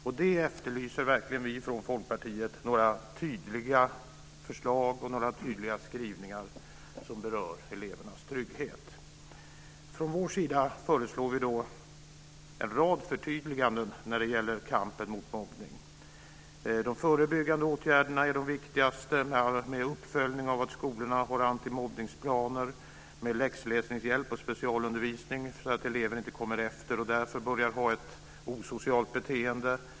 Vi i Folkpartiet efterlyser verkligen några tydliga förslag och några tydliga skrivningar som berör elevernas trygghet. Vi föreslår en rad förtydliganden när det gäller kampen mot mobbning. De förbyggande åtgärderna är de viktigaste: uppföljning av skolornas antimobbningsplaner, läxläsningshjälp och specialundervisning så att elever inte kommer efter och därför börjar få ett osocialt beteende.